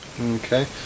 Okay